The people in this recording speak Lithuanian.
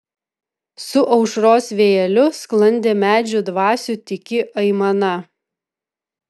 su aušros vėjeliu sklandė medžių dvasių tyki aimana